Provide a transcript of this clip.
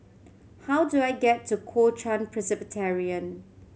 how do I get to Kuo Chuan Presbyterian